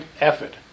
effort